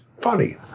funny